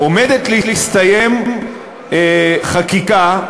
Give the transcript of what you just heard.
עומדת להסתיים חקיקה,